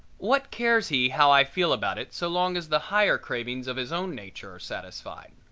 what cares he how i feel about it so long as the higher cravings of his own nature are satisfied?